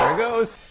um goes!